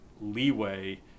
leeway